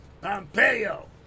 Pompeo